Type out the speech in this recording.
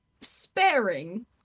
sparing